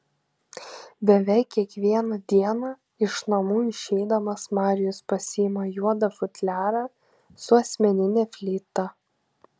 beveik kiekvieną dieną iš namų išeidamas marijus pasiima juodą futliarą su asmenine fleita